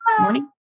morning